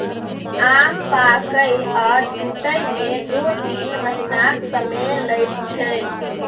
आम पाकय आ टुटय मे दु तीन महीनाक समय लैत छै